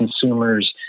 consumers